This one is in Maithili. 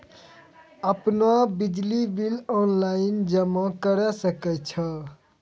आपनौ बिजली बिल ऑनलाइन जमा करै सकै छौ?